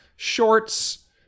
shorts